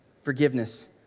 forgiveness